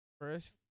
First